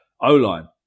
O-line